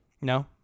No